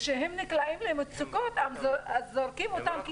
וכשהם נקלעים למצוקות, אז זורקים אותם.